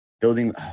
building